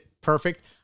perfect